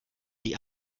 die